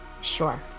Sure